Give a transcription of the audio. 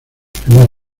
primer